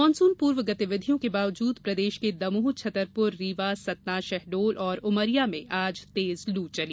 monsoon पूर्व गतिविधियों के बावजूद प्रदेश के दमोह छतरपुर रीवा सतना शहडोल उमरिया में आज तेज लू चली